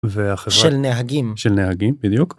והחברה... של נהגים. של נהגים, בדיוק.